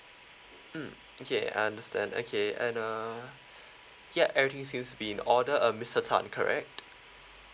mm okay understand okay and uh ya everything seems be in order um mister tan correct